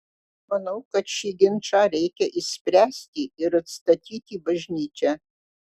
manau kad šį ginčą reikia išspręsti ir atstatyti bažnyčią